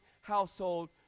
household